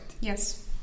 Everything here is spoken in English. Yes